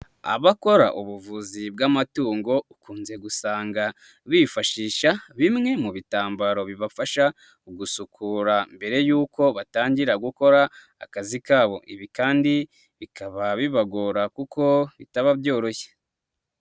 Abakora ubuvuzi bw'amatungo ukunze gusanga bifashisha bimwe mu bitambaro bibafasha gusukura mbere y'uko batangira gukora akazi kabo, ibi kandi bikaba bibagora kuko bitaba byoroshye.